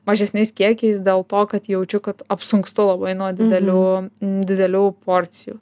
mažesniais kiekiais dėl to kad jaučiu kad apsunkstu labai nuo didelių didelių porcijų